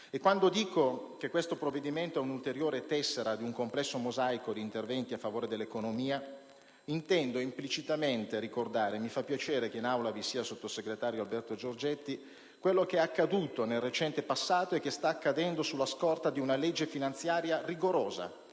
E quando dico che questo provvedimento è un'ulteriore tessera di un complesso mosaico di interventi a favore dell'economia, intendo implicitamente ricordare - mi fa piacere che in Aula sia presente il sottosegretario Alberto Giorgetti - quello che è accaduto nel recente passato e che sta accadendo sulla scorta di una legge finanziaria rigorosa,